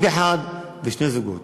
אחד, ושני בני-הזוג.